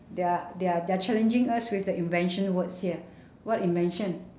they're they're they're challenging us with the invention words here what invention